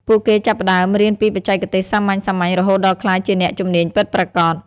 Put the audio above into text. ពួកគេចាប់ផ្តើមរៀនពីបច្ចេកទេសសាមញ្ញៗ រហូតដល់ក្លាយជាអ្នកជំនាញពិតប្រាកដ។